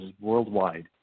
worldwide